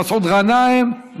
מסעוד גנאים,